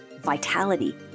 vitality